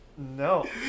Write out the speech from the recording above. no